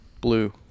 Blue